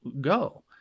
go